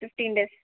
fifteen days